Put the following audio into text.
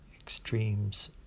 extremes